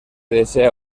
desea